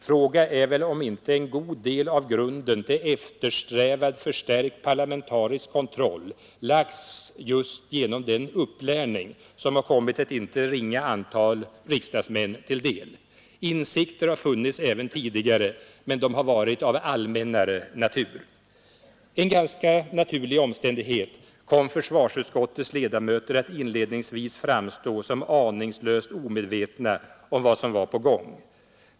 Fråga är väl om inte en god del av grunden till eftersträvad förstärkt parlamentarisk kontroll lagts just genom den upplärning som har kommit ett inte ringa antal riksdagsmän till del. Insikter har funnits även tidigare, men de har varit av allmännare natur. En ganska naturlig omständighet kom försvarsutskottets ledamöter att inledningsvis framstå som aningslöst omedvetna om vad som var på gång.